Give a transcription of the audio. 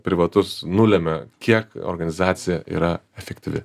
privatus nulemia kiek organizacija yra efektyvi